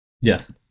Yes